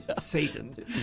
Satan